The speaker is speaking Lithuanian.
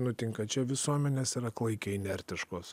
nutinka čia visuomenės yra klaikiai inertiškos